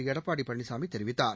எடப்பாடி பழனிசாமி தெரிவித்தார்